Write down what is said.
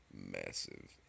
massive